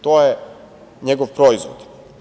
To je njegov proizvod.